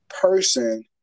person